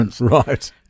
Right